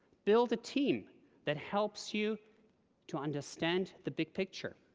build a team that helps you to understand the big picture.